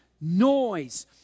noise